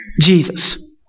Jesus